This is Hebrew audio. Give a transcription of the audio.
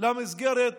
למסגרת